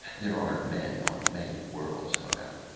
there are men on many worlds, honath.